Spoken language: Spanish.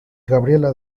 gabriela